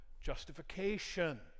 justification